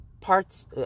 parts